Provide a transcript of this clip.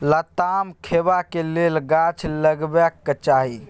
लताम खेबाक लेल गाछ लगेबाक चाही